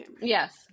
yes